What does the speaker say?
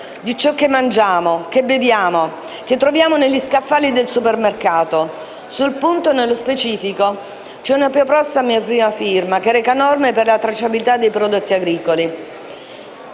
di ciò che mangiamo, che beviamo, che troviamo negli scaffali del supermercato. Sul punto, nello specifico, c'è una proposta a mia prima firma che reca norme per la tracciabilità dei prodotti agricoli.